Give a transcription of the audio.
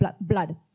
blood